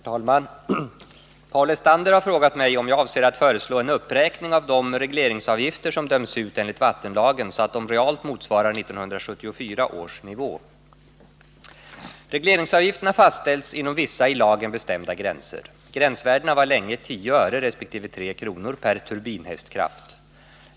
Herr talman! Paul Lestander har frågat mig om jag avser att föreslå en uppräkning av de regleringsavgifter som döms ut enligt vattenlagen så att de realt motsvarar 1974 års nivå. Regleringsavgifterna fastställs inom vissa i lagen bestämda gränser. Gränsvärdena var länge 10 öre resp. 3 kr. per turbinhästkraft.